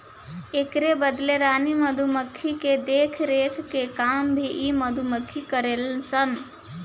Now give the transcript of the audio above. एकरा बदले रानी मधुमक्खी के देखरेख के काम भी इ मधुमक्खी करेले सन